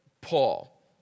Paul